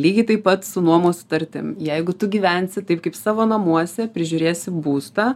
lygiai taip pat su nuomos sutartim jeigu tu gyvensi taip kaip savo namuose prižiūrėsi būstą